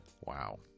Wow